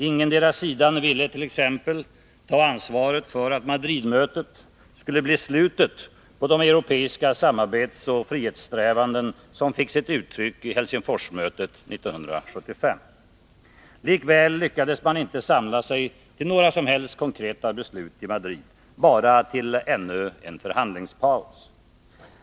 Ingendera sidan ville t.ex. ta ansvaret för att Madridmötet skulle bli slutet på de europeiska samarbetsoch säkerhetssträvanden som fick sitt uttryck i Helsingforsmötet 1975. Likväl lyckades man inte samla sig till några som helst konkreta beslut i Madrid, bara till ännu en förhandlingspaus.